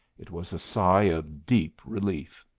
it was a sigh of deep relief.